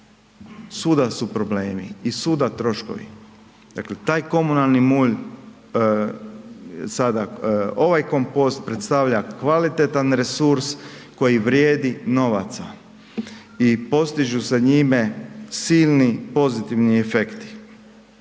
svuda su problemi i svuda troškovi. Dakle, taj komunalni mulj, sada ovaj kompost predstavlja kvalitetan resurs koji vrijedi novaca i postižu se njime silni pozitivni efekti.